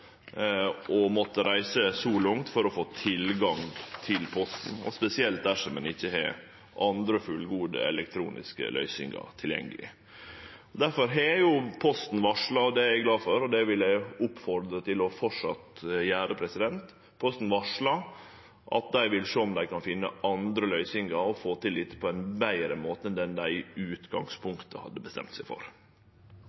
måtte reise så langt for å få tilgang til posten, spesielt dersom ein ikkje har andre fullgode elektroniske løysingar tilgjengeleg. Difor har Posten varsla – og det er eg glad for, det vil eg oppmode dei til framleis å gjere – at dei vil sjå om dei kan finne andre løysingar og få til dette på ein betre måte enn den dei